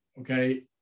Okay